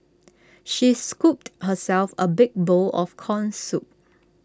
she scooped herself A big bowl of Corn Soup